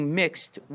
mixed